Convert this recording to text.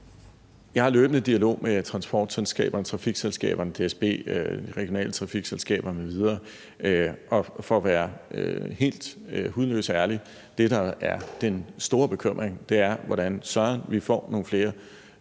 Jeg har løbende dialog med transport- og trafikselskaberne, DSB, de regionale trafikselskaber m.v., og for at være helt hudløst ærlig er det, der er den store bekymring, hvordan søren vi får nogle flere